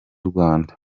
rwanda